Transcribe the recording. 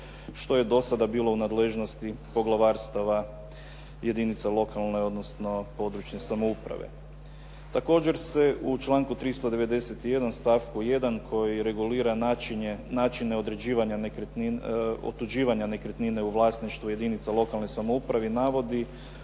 što je do sada bilo u nadležnosti poglavarstava jedinica lokalne odnosno područne samouprave. Također se u članku 391. stavku 1. koji regulira načine otuđivanja nekretnine u vlasništvu jedinica lokalne samouprave navodi